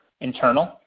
internal